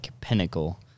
pinnacle